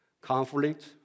conflict